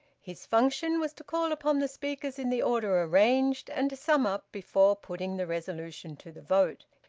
his function was to call upon the speakers in the order arranged, and to sum up before putting the resolution to the vote.